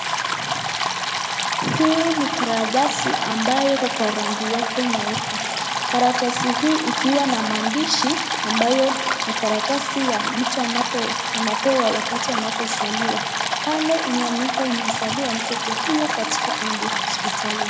Hii ni karatasi ambayo kwa rangi yake nyeupe. Karatasi hii ikiwa na maandishi ambayo ni karatasi ya mtu anapewa wakati anapozaliwa. Pale imeandikwa imezaliwa mtoto huyu katika Embu hospitali.